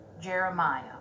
Jeremiah